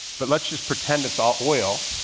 but let's just pretend it's all oil.